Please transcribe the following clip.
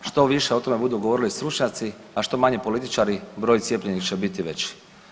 Što više o tome budu govorili stručnjaci, a što manje političari broj cijepljenih će biti veći.